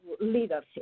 leadership